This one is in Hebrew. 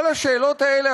כל השאלות האלה,